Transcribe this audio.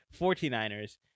49ers